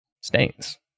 stains